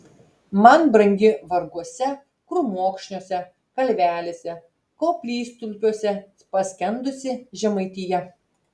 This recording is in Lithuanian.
man brangi varguose krūmokšniuose kalvelėse koplytstulpiuose paskendusi žemaitija